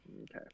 Okay